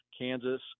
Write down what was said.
Kansas